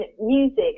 music